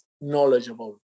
knowledgeable